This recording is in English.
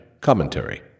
commentary